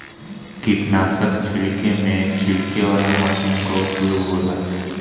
कीटनाशक छिड़के में छिड़के वाला मशीन कअ उपयोग होला